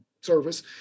service